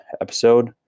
episode